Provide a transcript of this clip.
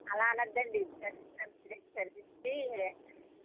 అలా అనద్దండి చదివించాల్సినవి చదివించి